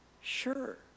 Sure